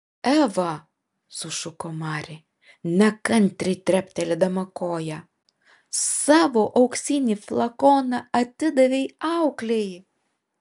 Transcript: eva sušuko mari nekantriai treptelėdama koja savo auksinį flakoną atidavei auklei